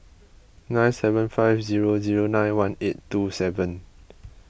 nine seven five zero zero nine one eight two seven